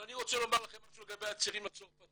אבל אני רוצה לומר לכם משהו לגבי הצעירים הצרפתיים.